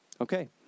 Okay